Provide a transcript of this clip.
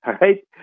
right